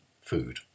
food